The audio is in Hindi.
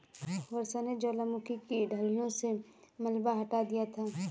वर्षा ने ज्वालामुखी की ढलानों से मलबा हटा दिया था